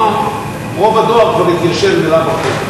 הוא אמר: רוב הדואר כבר התיישן בלאו הכי.